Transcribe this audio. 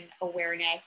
awareness